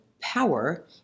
power